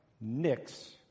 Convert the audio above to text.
Nix